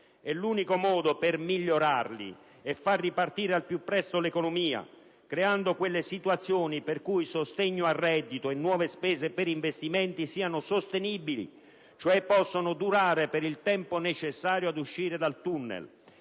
e l'unico modo per migliorarli è far ripartire al più presto l'economia, creando quelle situazioni per cui sostegno al reddito e nuove spese per investimenti siano sostenibili, cioè possano durare per il tempo necessario ad uscire dal *tunnel*;